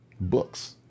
Books